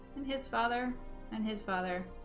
and his father and his father